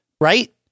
right